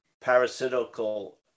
parasitical